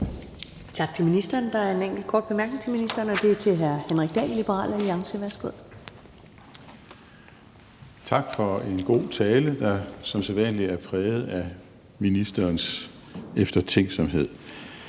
Tak for en god tale, der som sædvanlig er præget af ministerens eftertænksomhed.